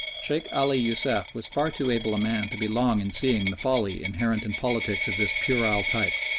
sheikh ali youssef was far too able a man to be long in seeing the folly inherent in politics of this puerile type,